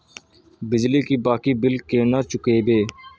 बिजली की बाकी बील केना चूकेबे?